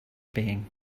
being